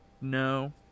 No